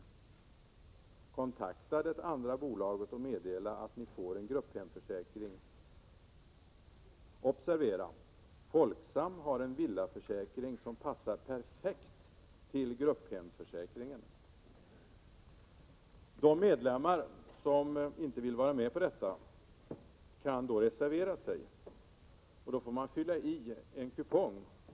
Kontakta det andra bolaget och meddela att ni får en grupphemförsäkring OBS! Folksam har en villaförsäkring som passar perfekt till grupphemförsäkringen.” De medlemmar som inte vill vara med på detta kan reservera sig. Då får man fylla i en kupong.